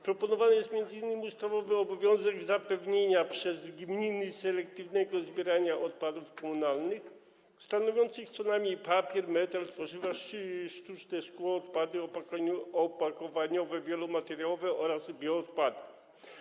Proponowany jest m.in. ustawowy obowiązek zapewnienia przez gminy selektywnego zbierania odpadów komunalnych, obejmujących co najmniej papier, metal, tworzywa sztuczne, szkło, odpady opakowaniowe wielomateriałowe oraz bioodpady.